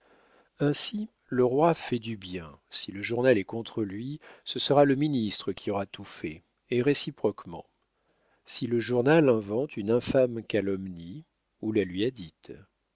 ainsi le roi fait du bien si le journal est contre lui ce sera le ministre qui aura tout fait et réciproquement si le journal invente une infâme calomnie on la lui a dite